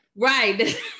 right